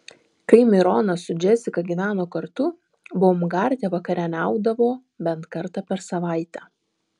kai mironas su džesika gyveno kartu baumgarte vakarieniaudavo bent kartą per savaitę